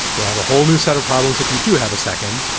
you'll have a whole new set of problems if you do have a second.